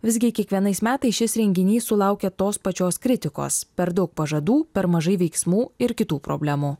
visgi kiekvienais metais šis renginys sulaukia tos pačios kritikos per daug pažadų per mažai veiksmų ir kitų problemų